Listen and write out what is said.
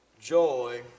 joy